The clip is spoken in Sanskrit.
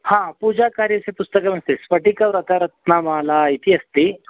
ह पूजाकार्यस्य पुस्तकमस्ति स्फटिकव्रतरत्नमाला इति अस्ति